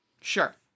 Sure